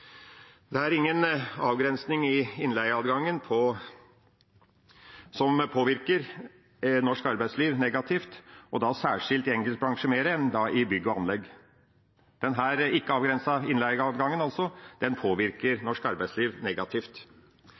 Det er ingen avgrensning i innleieadgangen, som påvirker norsk arbeidsliv negativt, og særskilt i enkeltbransjer mer enn i bygg og anlegg. Denne ikke avgrensede innleieadgangen påvirker altså norsk arbeidsliv negativt.